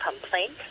complaint